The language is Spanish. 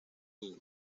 inc